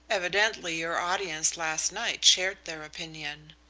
evidently your audience last night shared their opinion.